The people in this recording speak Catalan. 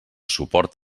suport